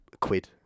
quid